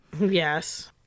Yes